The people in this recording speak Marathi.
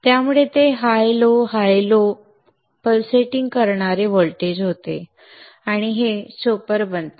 त्यामुळे ते high low high low pulsating करणारे व्होल्टेज होते आणि हे चोपर बनते